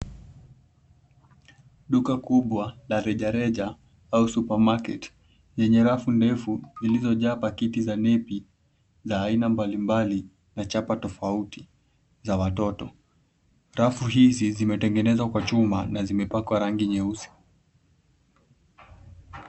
Duka kubwa la rejareja au supermarket yenye rafu ndefu zilizojaa paketi za nepi za aina mbalimbali na chapa tofauti za watoto. Rafu hizi zimetengenezwa kwa chuma na zimepakwa rangi nyeusi.